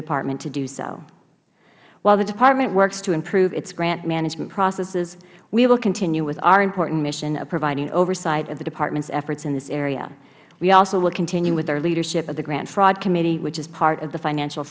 department to do so while the department works to improve its grant management processes we will continue with our important mission of providing oversight of the departments efforts in this area we also will continue with our leadership of the grant fraud committee which is part of the financial